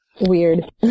weird